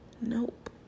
nope